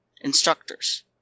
instructors